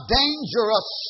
dangerous